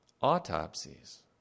autopsies